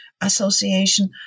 association